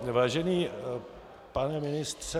Vážený pane ministře